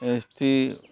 S T